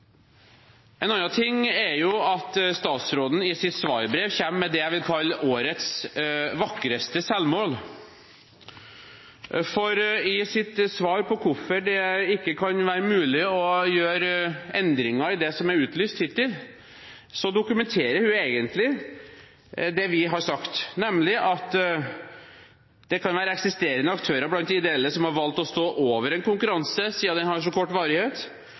En annen ting er at statsråden i sitt svarbrev kommer med det jeg vil kalle årets vakreste selvmål, for i sitt svar på hvorfor det ikke er mulig å gjøre endringer i det som er utlyst hittil, dokumenterer hun egentlig det vi har sagt, nemlig at det kan være eksisterende aktører blant de ideelle som har valgt å stå over en konkurranse, siden den har så kort